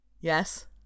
Yes